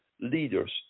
leaders